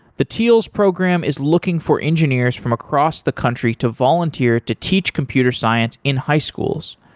the teals program is looking for engineers from across the country to volunteer to teach computer science in high schools.